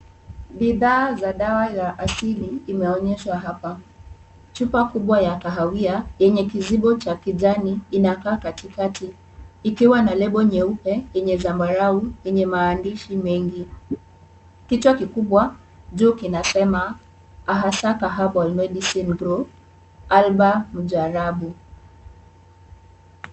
Bidhaa za dawa za asili imeonyeshwa hapa. Chupa kubwa ya kahawia yenye kizibo cha kijani, inakaa katikati ikiwa na lebo nyeupe yenye zambarau yenye maandishi mengi. Kichwa kikubwa juu kinasema Ahasaka Herbal Medicine Group Alba-Mujarabu.